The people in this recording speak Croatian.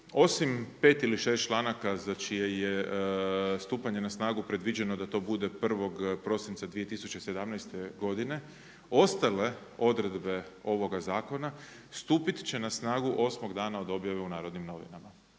Osim 5 ili 6 članaka za čije je stupanje na snagu da to bude 1. prosinca 2017. godine ostale odredbe ovoga zakon stupiti će na snagu 8 dana od objave u N.N.